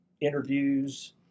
interviews